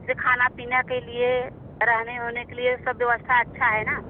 जैसे खाने पीने के लिए रहने उहने के लिए सब व्यवस्था अच्छी है ना